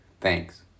Thanks